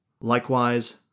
Likewise